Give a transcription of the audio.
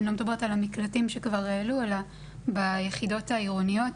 אני לא מדברת על המקלטים שכבר העלו אלא ביחידות העירוניות,